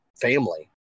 family